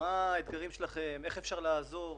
מה האתגרים שלהם, איך אפשר לעזור.